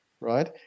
right